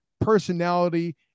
personality